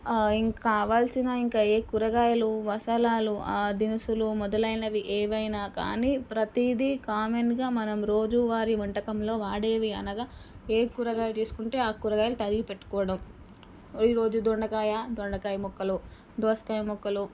ఇంకా కావాలసిన ఇంకా ఏ కూరగాయలు మసాలాలు దినుసులు మొదలైనవి ఏవైనా కానీ ప్రతీదీ కామన్గా మనం రోజూ వారి వంటకంలో వాడేవి అనగా ఏ కూరగాయలు తీసుకుంటే ఆ కూరగాయలు తరిగి పెట్టుకోవడం ఈరోజు దొండకాయ దొండకాయ ముక్కలు దోసకాయ ముక్కలు